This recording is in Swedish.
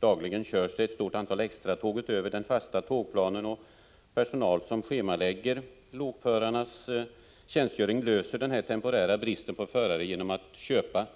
Dagligen körs det ett stort antal extratåg utöver den fasta tågplanen. Personal, som schemalägger lokförarnas tjänstgöring, löser denna temporära brist på förare genom att ”köpa”